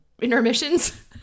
intermissions